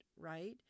right